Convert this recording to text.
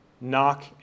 knock